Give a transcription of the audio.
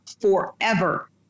forever